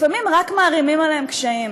לפעמים רק מערימים עליהם קשיים.